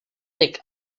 deck